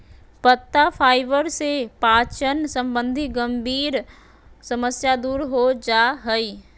पत्ता फाइबर से पाचन संबंधी गंभीर समस्या दूर हो जा हइ